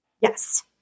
Yes